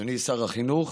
אדוני שר החינוך,